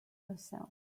herself